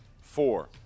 four